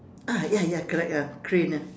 ah ya ya correct ah crane ah